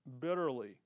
bitterly